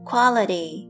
quality